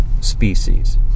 species